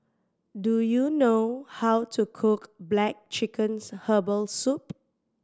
do you know how to cook black chicken's herbal soup